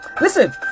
Listen